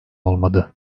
olmadı